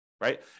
right